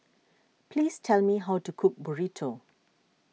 please tell me how to cook Burrito